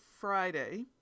Friday